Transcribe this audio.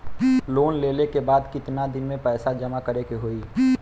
Loan लेले के बाद कितना दिन में पैसा जमा करे के होई?